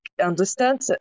understand